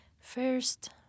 First